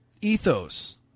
ethos